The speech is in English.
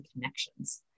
connections